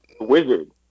wizard